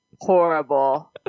Horrible